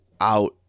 out